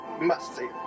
must-see